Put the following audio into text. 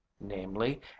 namely